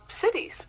cities